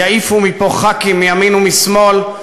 יעיפו מפה חברי כנסת מימין ומשמאל,